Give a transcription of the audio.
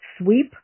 sweep